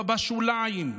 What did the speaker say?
אבל בשוליים,